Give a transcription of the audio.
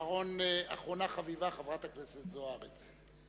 ואחרונה חביבה, חברת הכנסת זוארץ.